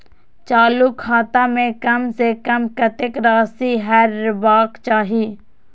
चालु खाता में कम से कम कतेक राशि रहबाक चाही?